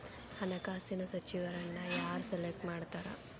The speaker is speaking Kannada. ಹಣಕಾಸಿನ ಸಚಿವರನ್ನ ಯಾರ್ ಸೆಲೆಕ್ಟ್ ಮಾಡ್ತಾರಾ